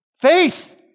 Faith